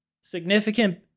significant